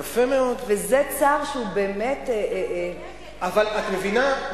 וזה צער שהוא באמת, אבל את מבינה?